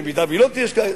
ובמידה שהיא לא תהיה,